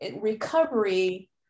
recovery